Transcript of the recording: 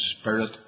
spirit